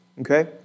Okay